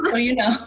um you know.